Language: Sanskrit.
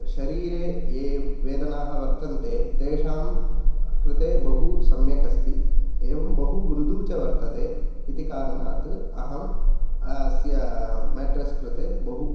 शरीरे ये वेदनाः वर्तन्ते तेषां कृते बहुसम्यक् अस्ति एवं बहु मृदु च वर्तते इति कारणात् अहम् अस्य मेट्रेस् कृते बहु